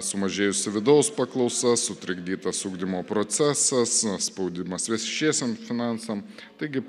sumažėjusi vidaus paklausa sutrikdytas ugdymo procesas spaudimas viešiesiem finansam taigi